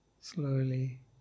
Slowly